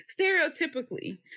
Stereotypically